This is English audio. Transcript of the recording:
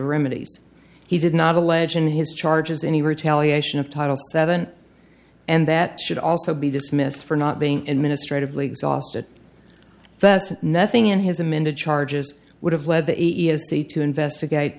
remedies he did not allege in his charges any retaliation of title seven and that should also be dismissed for not being administratively exhausted first nothing in his amended charges would have led the e e o c to investigate